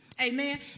Amen